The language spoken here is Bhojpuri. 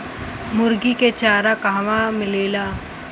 मुर्गी के चारा कहवा मिलेला?